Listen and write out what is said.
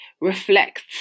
reflects